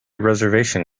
reservation